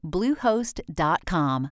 Bluehost.com